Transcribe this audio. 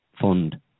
fund